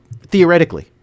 Theoretically